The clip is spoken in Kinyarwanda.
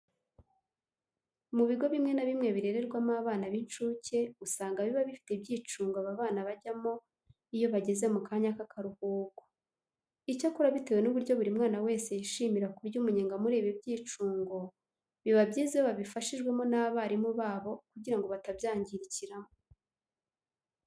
Mu bigo bimwe na bimwe birererwamo abana b'incuke usanga biba bifite ibyicungo aba bana bajyamo iyo bageze mu kanya k'akaruhuko. Icyakora bitewe n'uburyo buri mwana wese yishimira kurya umunyenga muri ibi byicungo, biba byiza iyo babifashijwemo n'abarimu babo kugira ngo batabyangirikiramo.